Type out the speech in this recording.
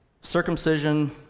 circumcision